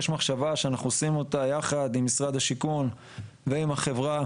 יש מחשבה שאנחנו עושים אותה יחד עם משרד השיכון ועם החברה,